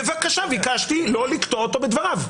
ביקשתי לא לקטוע אותו בדבריו.